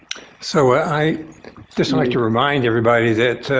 so, i just and like to remind everybody that